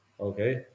Okay